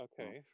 Okay